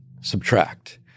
subtract